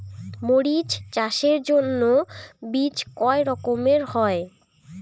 মরিচ চাষের জন্য বীজ কয় রকমের হয়?